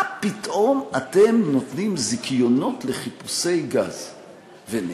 מה פתאום אתם נותנים זיכיונות לחיפושי גז ונפט?